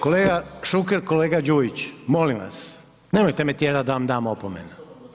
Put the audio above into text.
Kolega Šuker, kolega Đujić molim vas nemojte me tjerat da vam dam opomenu.